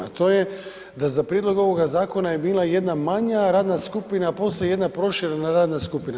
To je da za prijedlog ovoga zakona je bila jedna manja radna skupina, a poslije jedna proširena radna skupina.